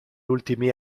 ultimi